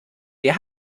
der